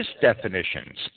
definitions